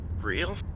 real